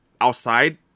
outside